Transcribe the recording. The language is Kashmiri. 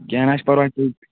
کیٚنٛہہ نا چھُنہٕ پَرواے ہُہ